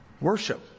Worship